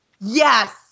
Yes